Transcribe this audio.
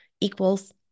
equals